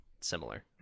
similar